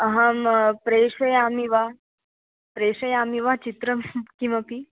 अहम प्रेषयामि वा प्रेषयामि वा चित्रं किमपि